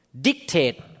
dictate